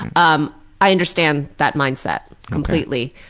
um, i understand that mindset completely